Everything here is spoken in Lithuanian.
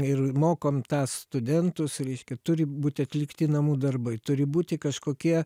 ir mokam tą studentus reiškia turi būti atlikti namų darbai turi būti kažkokie